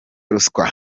ruswa